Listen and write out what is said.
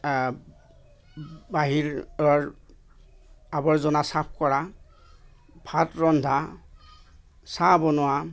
বাহিৰৰ আৱৰ্জনা চাফ কৰা ভাত ৰন্ধা চাহ বনোৱা